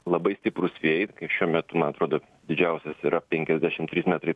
labai stiprūs vėjai šiuo metu man atrodo didžiausias yra penkiasdešim trys metrai